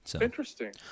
Interesting